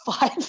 five